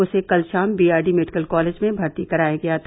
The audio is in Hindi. उसे कल शाम बीआरडी मेडिकल कॉलेज में भर्ती कराया गया था